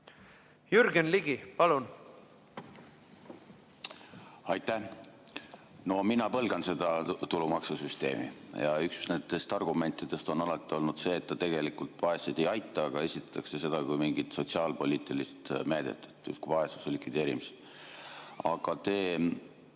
Jürgen Ligi, palun! Aitäh! No mina põlgan seda tulumaksusüsteemi. Üks nendest argumentidest on alati olnud see, et ta tegelikult vaeseid ei aita, aga esitatakse seda kui mingit sotsiaalpoliitilist meedet, justkui vaesuse likvideerimist. Aga te